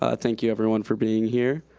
ah thank you, everyone, for being here.